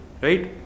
right